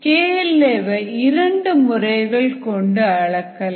KL a வை இரண்டு முறைகள் கொண்டு அளக்கலாம்